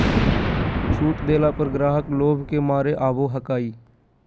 छुट देला पर ग्राहक लोभ के मारे आवो हकाई